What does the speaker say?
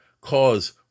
cause